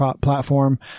Platform